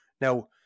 Now